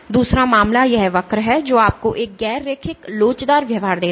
दूसरा मामला यह वक्र है जो आपको एक गैर रैखिक लोचदार व्यवहार देता है